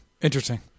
interesting